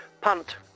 Punt